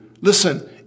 Listen